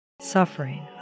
suffering